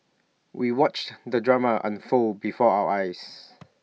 we watched the drama unfold before our eyes